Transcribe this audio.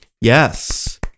Yes